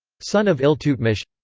son of iltutmish.